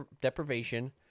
deprivation